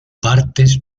partes